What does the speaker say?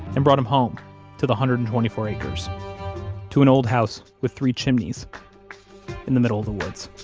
and brought him home to the one hundred and twenty four acres to an old house with three chimneys in the middle of the woods